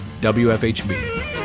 WFHB